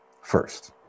first